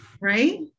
Right